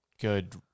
good